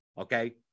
okay